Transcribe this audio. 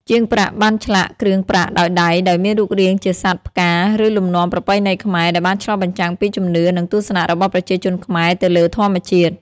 ជាងប្រាក់បានឆ្លាក់គ្រឿងប្រាក់ដោយដៃដោយមានរូបរាងជាសត្វ ផ្កា ឬលំនាំប្រពៃណីខ្មែរ ដែលបានឆ្លុះបញ្ចាំងពីជំនឿ និងទស្សនៈរបស់ប្រជាជនខ្មែរទៅលើធម្មជាតិ។